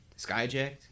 Skyjacked